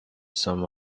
some